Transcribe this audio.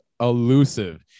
elusive